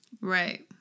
Right